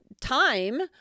time